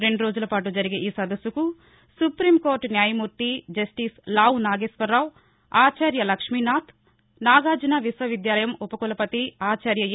రెండోజులపాటు జరిగే ఈ సదస్సుకు సుపీంకోర్టు న్యాయమూర్తి జస్టిస్ లావు నాగేశ్వరరావు ఆచార్య లక్ష్మీనాథ్ నాగార్జున విశ్వవిద్యాలయం ఉ పకులపతి ఆచార్య ఏ